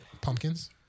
Pumpkins